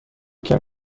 کمی